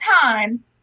time